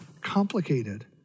complicated